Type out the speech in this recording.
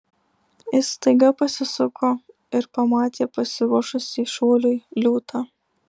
jis staiga pasisuko ir pamatė pasiruošusį šuoliui liūtą